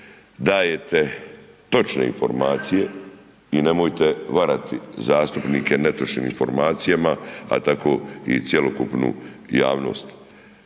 dajete točne informacije i nemojte varati zastupnike netočnim informacijama a tako i cjelokupnu javnost.